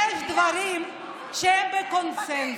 אין טעם, יש דברים שהם בקונסנזוס.